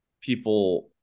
people